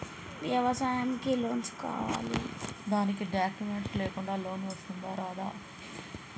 వ్యవసాయానికి లోన్స్ కావాలి దానికి డాక్యుమెంట్స్ లేకుండా లోన్ వస్తుందా రాదా?